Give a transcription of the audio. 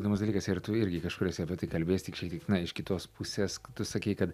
įdomus dalykas ir tu irgi kažkur esi apie tai kalbėjęs tik šiek tiek na iš kitos pusės tu sakei kad